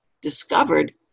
discovered